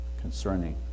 concerning